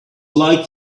like